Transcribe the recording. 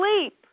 sleep